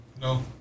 No